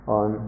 on